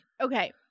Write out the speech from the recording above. okay